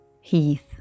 Heath